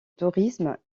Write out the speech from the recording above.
tourisme